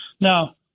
Now